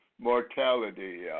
mortality